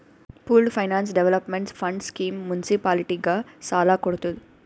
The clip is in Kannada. pooled finance development fund scheme ಮುನ್ಸಿಪಾಲಿಟಿಗ ಸಾಲ ಕೊಡ್ತುದ್